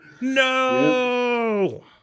No